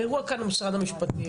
האירוע כאן הוא משרד המשפטים,